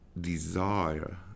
desire